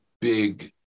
big